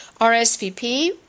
RSVP